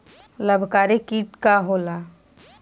लाभकारी कीट का होला?